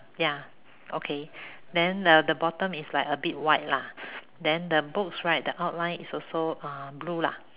ya okay then uh the bottom is like a bit white lah then the books right the outline is also uh blue lah